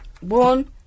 One